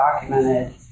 documented